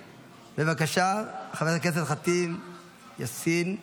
בבקשה, חברת הכנסת ח'טיב יאסין,